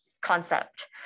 concept